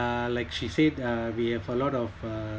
uh like she said uh we have a lot of uh